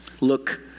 look